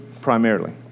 primarily